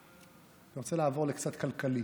אני רוצה לעבור קצת לכלכלי,